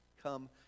come